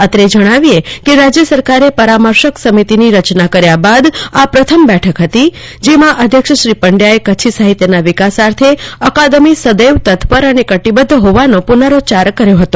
અત્રે જણાવીએ ક રાજ્ય સરકારે પરામર્શક સમિતિની રચના કર્યા બાદ આ પ્રથમ બેઠક ફતી જેમાં અધ્યક્ષ શ્રી પંડયાએ કચ્છી સાફિત્યના વિકાસાર્થે અકાદમી સદૈવ તત્પર અને કટિબદ્ધ ફોવાનો પુનરોચ્યાર કર્યો ફતો